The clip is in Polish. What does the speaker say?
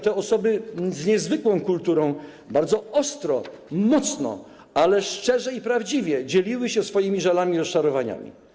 Te osoby z niezwykłą kulturą, bardzo ostro, mocno, ale szczerze i prawdziwie, dzieliły się swoimi żalami i rozczarowaniami.